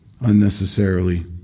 unnecessarily